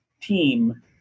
team